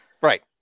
right